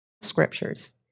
scriptures